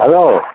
hello